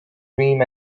dream